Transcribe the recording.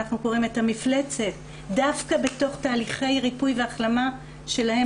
המפלצת דווקא בתוך תהליכי ריפוי והחלמה שלהם.